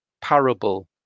parable